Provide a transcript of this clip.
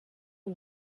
ont